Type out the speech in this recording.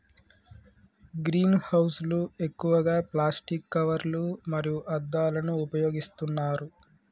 green house లు ఎక్కువగా plastic కవర్లు మరియు అద్దాలను ఉపయోగిస్తున్నారు